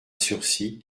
sursis